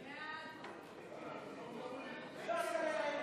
הסתייגות מס' 4 לא עברה.